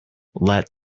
let